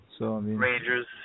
Rangers